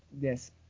Yes